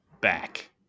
back